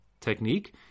technique